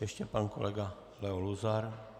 Ještě pan kolega Leo Luzar.